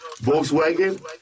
Volkswagen